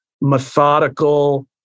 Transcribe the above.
methodical